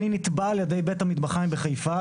אני נתבע על ידי בית המטבחיים בחיפה,